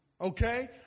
okay